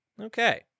Okay